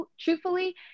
truthfully